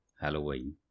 Halloween